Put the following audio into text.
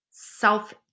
Self